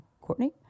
Courtney